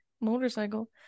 motorcycle